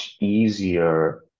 easier